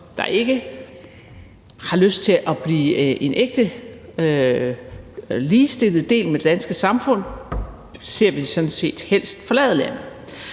der ikke har lyst til at blive en ægte ligestillet del med det danske samfund, sådan set helst forlader landet.